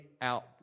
out